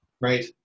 Right